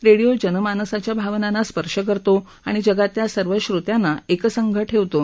radio जनमानसाच्या भावनांना स्पर्श करतो आणि जगातल्या सर्व श्रोत्यांना एकसंघ ठेवतो